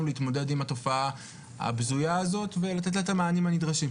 להתמודד עם התופעה הבזויה הזאת ולתת לה את המענה הנדרש.